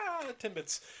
timbits